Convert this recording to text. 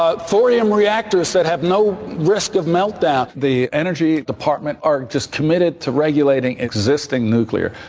ah thorium reactors that have no risk of meltdown. the energy department are just committed to regulating existing nuclear.